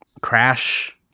crash